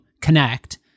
connect